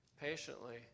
patiently